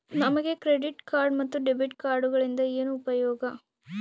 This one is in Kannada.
ನಮಗೆ ಕ್ರೆಡಿಟ್ ಕಾರ್ಡ್ ಮತ್ತು ಡೆಬಿಟ್ ಕಾರ್ಡುಗಳಿಂದ ಏನು ಉಪಯೋಗ?